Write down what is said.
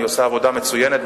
עושה עבודה מצוינת,